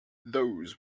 those